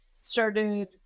started